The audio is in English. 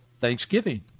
thanksgiving